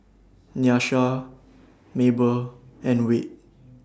Nyasia Mable and Wade